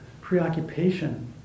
preoccupation